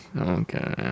Okay